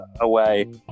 away